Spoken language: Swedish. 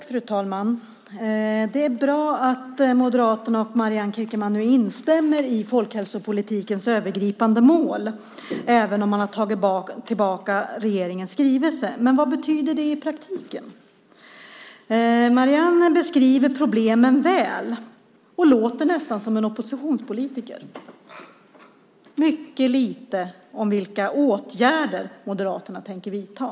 Fru talman! Det är bra att Moderaterna och Marianne Kierkemann nu instämmer i folkhälsopolitikens övergripande mål även om man har tagit tillbaka regeringens skrivelse. Men vad betyder det i praktiken? Marianne beskriver problemen väl. Hon låter nästan som en oppositionspolitiker. Hon nämner mycket lite om vilka åtgärder Moderaterna tänker vidta.